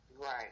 Right